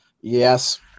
Yes